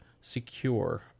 secure